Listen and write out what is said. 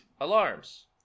alarms